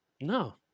No